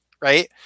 right